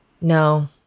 No